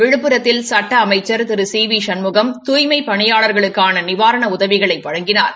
விழுப்புரத்தில் சட்ட அமைச்ச் திரு சி வி சண்முகம் தூய்மைப் பணியாளா்களுக்கான நிவாரண உதவிகளை வழங்கினாா்